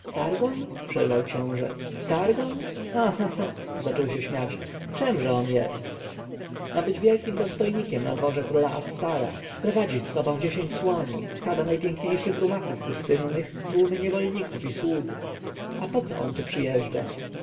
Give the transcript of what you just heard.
przerwał książę sargon a cha cha zaczął się śmiać czemże on jest ma być wielkim dostojnikiem na dworze króla assara prowadzi z sobą dziesięć słoni stada najpiękniejszych rumaków pustynnych tłumy niewolników i sług a poco on tu przyjeżdża